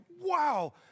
wow